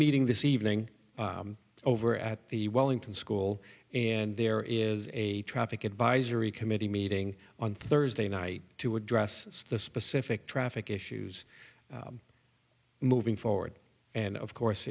meeting this evening over at the wellington school and there is a traffic advisory committee meeting on thursday night to address the specific traffic issues moving forward and of